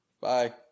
Bye